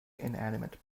inanimate